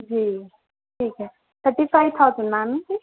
جی ٹھیک ہے thirty five thousand ma'am صرف